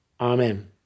Amen